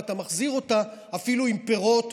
ואתה מחזיר אותה אפילו עם פירות,